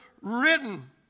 written